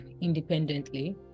independently